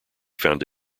found